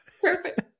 Perfect